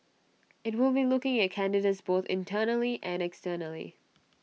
IT will be looking at candidates both internally and externally